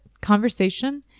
conversation